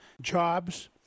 jobs